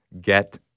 get